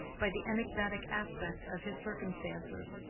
by the enigmatic aspect of his circumstances.